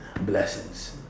blessings